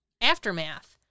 Aftermath